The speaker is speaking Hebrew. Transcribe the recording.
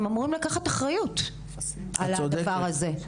הם אמורים לקחת אחריות על הדבר הזה.